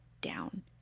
down